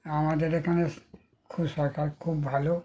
আমাদের এখানে খুব সরকার খুব ভালো